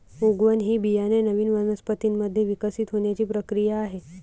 उगवण ही बियाणे नवीन वनस्पतीं मध्ये विकसित होण्याची प्रक्रिया आहे